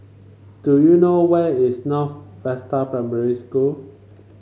do you know where is North Vista Primary School